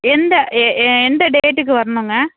எந்த ஏ ஏ எந்த டேட்டுக்கு வரணுங்க